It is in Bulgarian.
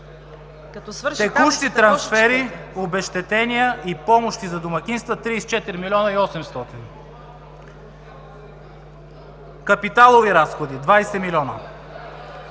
Текущи трансфери, обезщетения и помощи за домакинства – 34 млн. 800 хил. лв.; капиталови разходи – 20 милиона;